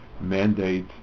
mandate